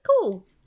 Cool